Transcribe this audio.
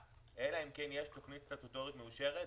אלא אם כן יש תוכנית סטטוטורית מאושרת.